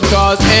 Cause